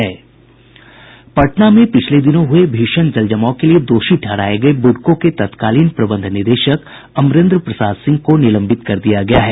पटना में पिछले दिनों हुए भीषण जलजमाव के लिए दोषी ठहराये गये ब्रडको के तत्कालीन प्रबंध निदेशक अमरेन्द्र प्रसाद सिंह को निलंबित कर दिया गया है